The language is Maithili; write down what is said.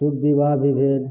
शुभ बिवाह भी भेल